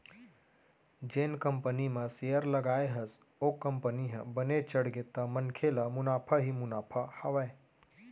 जेन कंपनी म सेयर लगाए हस ओ कंपनी ह बने चढ़गे त मनखे ल मुनाफा ही मुनाफा हावय